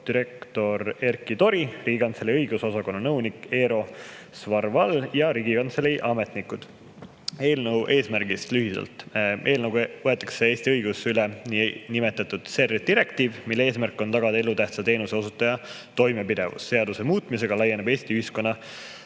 direktor Erkki Tori, Riigikantselei õigusosakonna nõunik Eero Svarval ja Riigikantselei ametnikud. Lühidalt eelnõu eesmärgist. Eelnõuga võetakse Eesti õigusesse üle niinimetatud CER direktiiv, mille eesmärk on tagada elutähtsa teenuse osutaja toimepidevus. Seaduse muutmisega laieneb Eesti ühiskonna